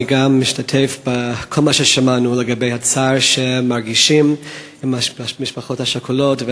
גם אני משתתף בכל מה ששמענו לגבי הצער שמרגישים כלפי המשפחות השכולות,